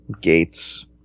gates